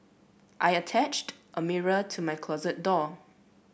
I attached a mirror to my closet door